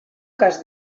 cas